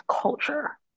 culture